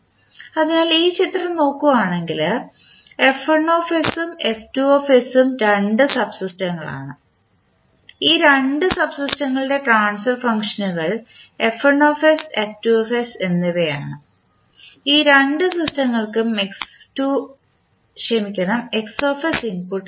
അതിനാൽ ഈ ചിത്രം നോക്കുകയാണെങ്കിൽ ഉം ഉം രണ്ട് സബ്സിസ്റ്റങ്ങളാണ് ഈ രണ്ട് സബ്സിസ്റ്റങ്ങളുടെ ട്രാൻസ്ഫർ ഫംഗ്ഷനുകൾ എന്നിവയാണ് ഈ രണ്ട് സിസ്റ്റങ്ങൾക്കും ഇൻപുട്ട് നൽകുന്നു